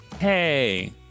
Hey